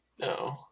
No